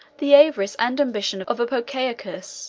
the avarice and ambition of apocaucus